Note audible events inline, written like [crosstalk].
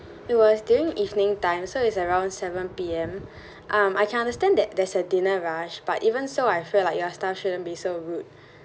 it was during evening time so is around seven P_M [breath] um I can understand that there's a dinner rush but even so I felt like you staff shouldn't be so rude